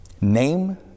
Name